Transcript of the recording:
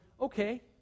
okay